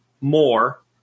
more